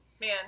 Man